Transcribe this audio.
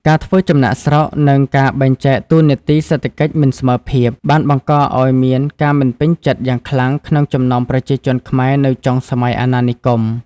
ការធ្វើចំណាកស្រុក និងការបែងចែកតួនាទីសេដ្ឋកិច្ចមិនស្មើភាព បានបង្កឱ្យមានការមិនពេញចិត្តយ៉ាងខ្លាំងក្នុងចំណោមប្រជាជនខ្មែរនៅចុងសម័យអាណានិគម។